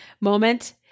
moment